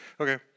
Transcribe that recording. Okay